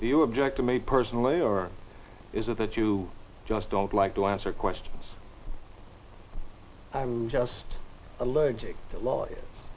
you object to me personally or is it that you just don't like to answer questions i'm just allergic to lawyers